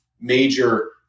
major